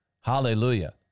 Hallelujah